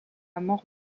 mort